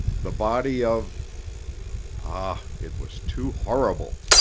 the body of ah, it was too horrible!